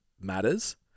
matters